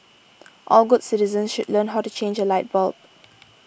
all good citizens should learn how to change a light bulb